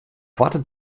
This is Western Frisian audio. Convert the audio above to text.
koarte